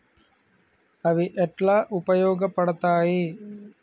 అవి ఎట్లా ఉపయోగ పడతాయి?